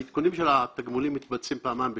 העדכונים של התגמולים מתבצעים פעמיים בשנה,